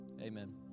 amen